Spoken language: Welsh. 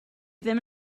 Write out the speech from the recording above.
ddim